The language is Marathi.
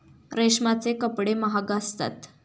रेशमाचे कपडे महाग असतात